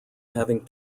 having